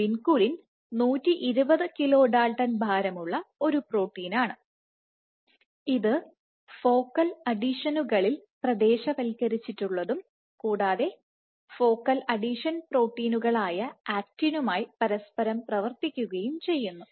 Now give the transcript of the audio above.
vinculin 120 kilo dalton ഭാരമുള്ള ഒരു പ്രോട്ടീനാണ് ഇത് ഫോക്കൽ അഡീഷനുകളിൽ പ്രദേശവൽക്കരിച്ചിട്ടുള്ളതും കൂടാതെ ഫോക്കൽ അഡീഷൻ പ്രോട്ടീനുകളായ ആക്റ്റിനുമായി പരസ്പരം പ്രവർത്തിക്കുകയും ചെയ്യുന്നു